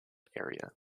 area